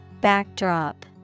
Backdrop